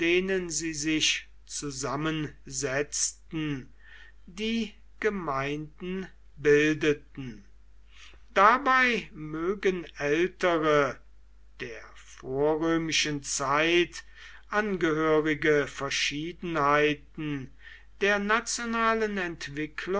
sie sich zusammensetzten die gemeinden bildeten dabei mögen ältere der vorrömischen zeit angehörige verschiedenheiten der nationalen entwicklung